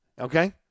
Okay